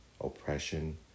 oppression